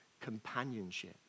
companionship